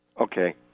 Okay